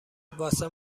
واسه